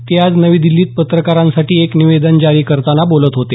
ते आज नवी दिल्लीत पत्रकारांसाठी एक निवेदन जारी करताना बोलत होते